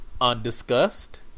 undiscussed